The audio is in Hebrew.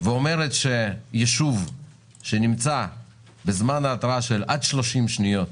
ואומרת שישוב שנמצא בזמן התרעה של עד 30 שניות